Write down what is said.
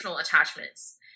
attachments